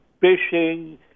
fishing